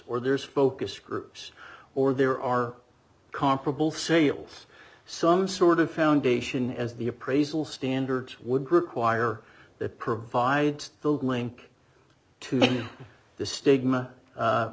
or there is focus groups or there are comparable sales some sort of foundation as the appraisal standards would require that provide the link to the stigma